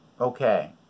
okay